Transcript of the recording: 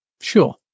Sure